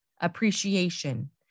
appreciation